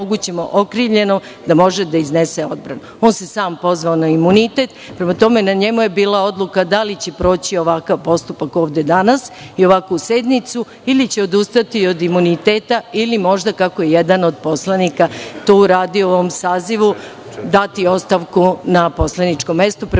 da omogućimo okrivljenom da može da iznese odbranu. On se sam pozvao na imunitet. Prema tome, na njemu je bila odluka da li će proći ovakav postupak ovde danas i ovakvu sednicu ili će odustati od imuniteta, ili možda kako jedan od poslanika to uradio u ovom sazivu, dati ostavku na poslaničko mesto. Prema